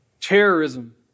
terrorism